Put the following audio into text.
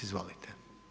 Izvolite.